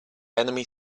enemy